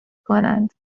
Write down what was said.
کنند